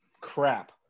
Crap